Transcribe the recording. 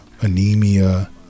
anemia